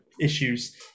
issues